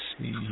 see